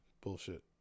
Bullshit